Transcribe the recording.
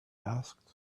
asked